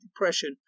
depression